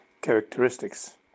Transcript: characteristics